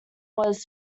was